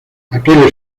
aquel